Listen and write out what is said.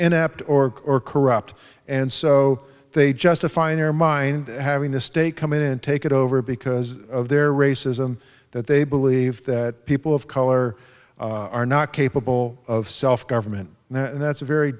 inept or or corrupt and so they justify in their mind having the state come in and take it over because of their racism that they believe that people of color are not capable of self government and that's a very